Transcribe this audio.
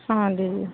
ହଁ ଦିଦି